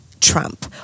Trump